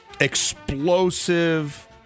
explosive